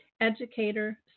educator